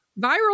Viral